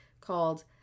called